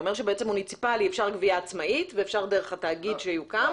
הוא אומר שבמוניציפלי אפשר גבייה עצמאית ואפשר דרך התאגיד שיוקם,